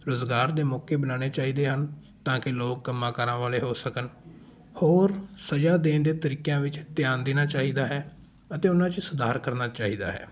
ਰੁਜ਼ਗਾਰ ਦੇ ਮੌਕੇ ਬਣਾਉਣੇ ਚਾਹੀਦੇ ਹਨ ਤਾਂ ਕਿ ਲੋਕ ਕੰਮਾਂ ਕਾਰਾਂ ਵਾਲੇ ਹੋ ਸਕਣ ਹੋਰ ਸਜ਼ਾ ਦੇਣ ਦੇ ਤਰੀਕਿਆਂ ਵਿੱਚ ਧਿਆਨ ਦੇਣਾ ਚਾਹੀਦਾ ਹੈ ਅਤੇ ਉਹਨਾਂ 'ਚ ਸੁਧਾਰ ਕਰਨਾ ਚਾਹੀਦਾ ਹੈ